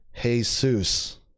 Jesus